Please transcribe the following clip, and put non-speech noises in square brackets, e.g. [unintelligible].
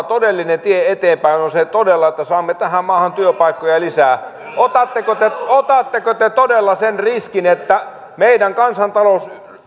[unintelligible] todellinen tie eteenpäin on todella se että saamme tähän maahan työpaikkoja lisää otatteko te otatteko te todella sen riskin että meidän kansantaloutemme